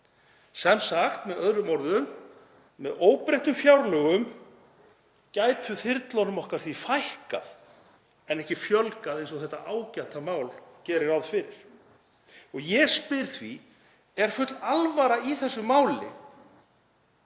Sem sagt, með öðrum orðum: Með óbreyttum fjárlögum gæti þyrlunum okkar fækkað en ekki fjölgað eins og þetta ágæta mál gerir ráð fyrir. Ég spyr því: Er full alvara í þessu máli